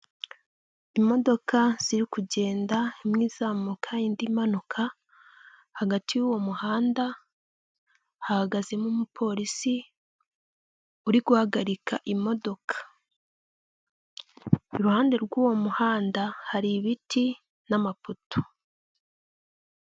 Imodoka ziri kugenda imwe izamuka indi manuka hagati y'uwo muhanda hahagazemo umupolisi uri guhagarika imodoka, iruhande rw'uwo muhanda hari ibiti n'amapoto.